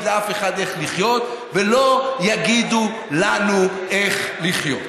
לאף אחד איך לחיות ולא יגידו לנו איך לחיות.